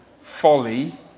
folly